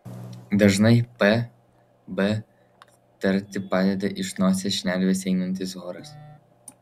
dažnai p b tarti padeda iš nosies šnervės einantis oras